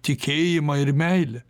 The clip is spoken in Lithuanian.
tikėjimą ir meilę